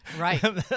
Right